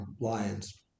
lions